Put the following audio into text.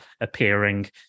appearing